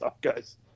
guys